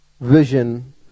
vision